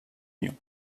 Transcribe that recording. union